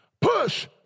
Push